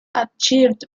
archived